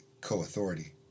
co-authority